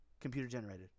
computer-generated